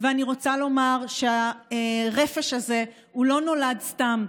ואני רוצה לומר שהרפש הזה לא נולד סתם,